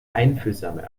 einfühlsame